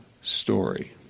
story